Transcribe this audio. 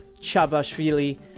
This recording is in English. Chabashvili